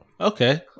okay